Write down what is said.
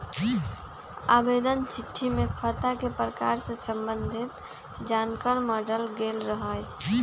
आवेदन चिट्ठी में खता के प्रकार से संबंधित जानकार माङल गेल रहइ